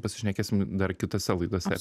pasišnekėsim dar kitose laidose